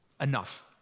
enough